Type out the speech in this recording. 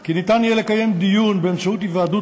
כי ניתן יהיה לקיים דיון באמצעות היוועדות